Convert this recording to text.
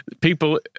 people